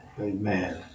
Amen